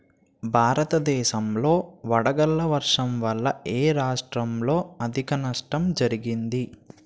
భారతదేశం లో వడగళ్ల వర్షం వల్ల ఎ రాష్ట్రంలో అధిక నష్టం జరిగింది?